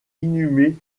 inhumé